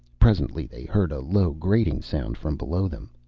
presently they heard a low grating sound from below them.